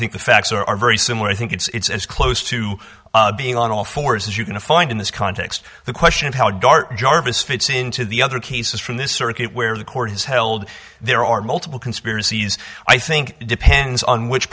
think the facts are very similar i think it's as close to being on all fours as you can to find in this context the question of how dart jarvis fits into the other cases from this circuit where the court is held there are multiple conspiracies i think it depends on which